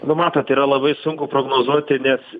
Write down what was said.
nu matot yra labai sunku prognozuoti nes